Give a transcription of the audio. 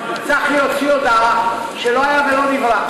וצחי הוציא הודעה שלא היה ולא נברא.